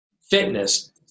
fitness